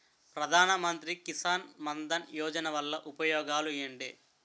ప్రధాన మంత్రి కిసాన్ మన్ ధన్ యోజన వల్ల ఉపయోగాలు ఏంటి?